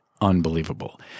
unbelievable